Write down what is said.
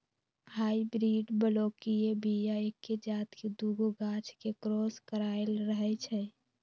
hybrid बलौकीय बीया एके जात के दुगो गाछ के क्रॉस कराएल रहै छै